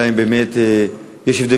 יש הבדל,